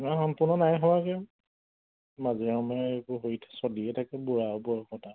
নাই সম্পূৰ্ণ নাই হোৱাগৈ মাজে সময়ে এইবোৰ হৈ চলিয়ে থাকে বুঢ়া বয়সত আৰু